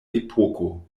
epoko